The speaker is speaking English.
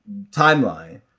timeline